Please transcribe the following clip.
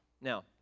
Now